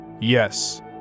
Yes